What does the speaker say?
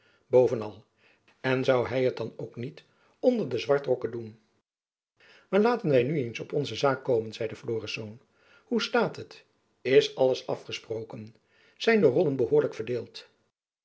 al en zoû hy het dan ook niet onder de zwartrokken doen maar laten wy nu eens op onze zaak komen zeide florisz hoe staat het is alles afgesproken zijn de rollen behoorlijk verdeeld